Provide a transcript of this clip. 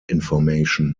information